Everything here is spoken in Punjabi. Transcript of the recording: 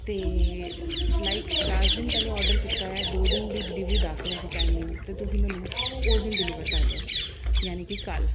ਅਤੇ ਲਾਈਕ ਦਸ ਦਿਨ ਪਹਿਲੇ ਔਡਰ ਕੀਤਾ ਹੈ ਦੋ ਦਿਨ ਦੀ ਡਿਲੀਵਰੀ ਦੱਸ ਰਹੇ ਸੀ ਟਾਈਮਿੰਗ 'ਤੇ ਤੁਸੀਂ ਮੈਨੂੰ ਉਸ ਦਿਨ ਡਿਲੀਵਰ ਕਰ ਰਹੇ ਹੋ ਯਾਨੀ ਕਿ ਕੱਲ੍ਹ